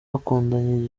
bakundanye